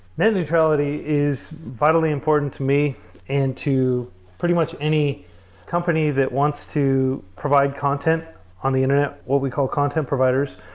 net neutrality is vitally important to me and to pretty much any company that wants to provide content on the internet, what we call content providers,